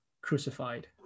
crucified